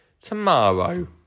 tomorrow